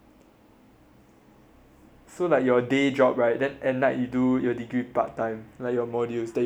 so like your day job right and then at night you do your degree part time like your modules that you want to cover that part time